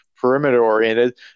perimeter-oriented